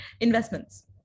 Investments